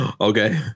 okay